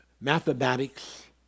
mathematics